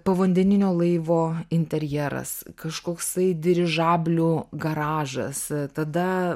povandeninio laivo interjeras kažkoksai dirižablių garažas tada